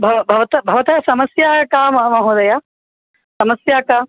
भव भवतः भवतः समस्या का म महोदय समस्या का